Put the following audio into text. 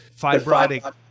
fibrotic